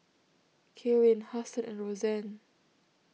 Kaelyn Huston and Rosann